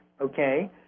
Okay